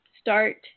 start